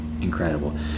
incredible